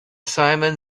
simum